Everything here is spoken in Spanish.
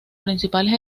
principales